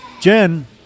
jen